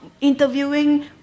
interviewing